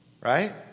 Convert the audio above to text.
Right